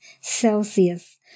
Celsius